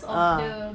ah